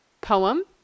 poem